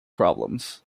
problems